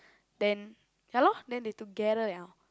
then ya lor then they together liao